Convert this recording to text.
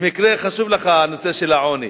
במקרה חשוב לך הנושא של העוני,